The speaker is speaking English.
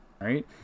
right